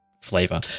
flavor